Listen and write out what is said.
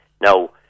Now